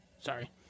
sorry